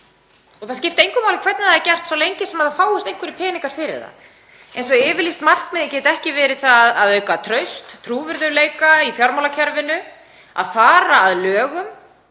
og það skipti engu máli hvernig það sé gert svo lengi sem fáist einhverjir peningar fyrir það, eins og að yfirlýst markmið geti ekki verið að auka traust og trúverðugleika í fjármálakerfinu og fara að lögum.